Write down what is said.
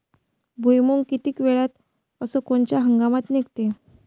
भुईमुंग किती वेळात अस कोनच्या हंगामात निगते?